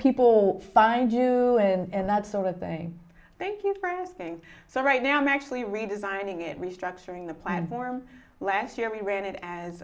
people find you and that sort of thing thank you for asking so right now i'm actually redesigning it restructuring the platform last year we ran it as